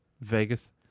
Vegas